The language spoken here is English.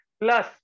Plus